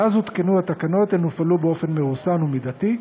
מאז הותקנו התקנות הן הופעלו באופן מרוסן ומידתי,